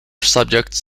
subjects